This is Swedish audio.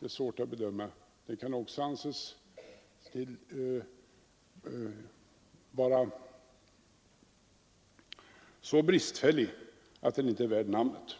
är svårt att bedöma. Den kan också anses vara så bristfällig att den inte är värd namnet.